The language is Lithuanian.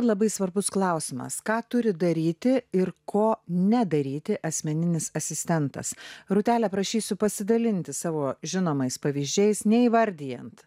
labai svarbus klausimas ką turi daryti ir ko nedaryti asmeninis asistentas rūtele prašysiu pasidalinti savo žinomais pavyzdžiais neįvardijant